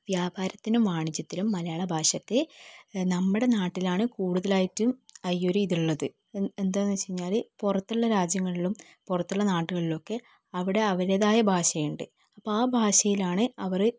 വ്യാപാരത്തിനും വാണിജ്യത്തിനും മലയാള ഭാഷത്തെ നമ്മുടെ നാട്ടിലാണ് കൂടുതലായിട്ടും ആ ഈയൊരു ഇത് ഉള്ളത് എ എന്താണെന്ന് വെച്ചുകഴിഞ്ഞാൽ പുറത്തുള്ള രാജ്യങ്ങളിലും പുറത്തുള്ള നാടുകളിലും ഒക്കെ അവിടെ അവരുടേതായ ഭാഷ ഉണ്ട് അപ്പം ആ ഭാഷയിലാണ് അവർ